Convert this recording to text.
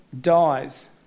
dies